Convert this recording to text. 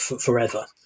forever